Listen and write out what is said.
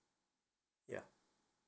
ya